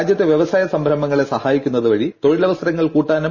രാജ്യത്തെ വൃവസായ സംരംഭങ്ങളെ സഹായിക്കുന്നത് വഴി തൊഴിലവസരങ്ങൾ കൂട്ടാനും